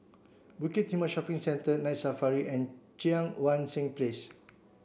Bukit Timah Shopping Centre Night Safari and Cheang Wan Seng Place